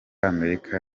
amerika